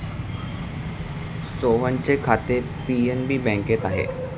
सोहनचे खाते पी.एन.बी बँकेत आहे